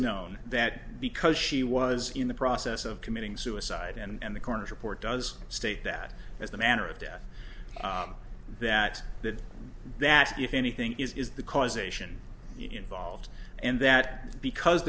known that because she was in the process of committing suicide and the coroner's report does state that as the manner of death that that that if anything is the causation involved and that because